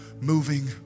moving